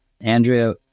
Andrea